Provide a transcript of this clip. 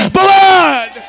blood